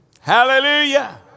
Hallelujah